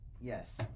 Yes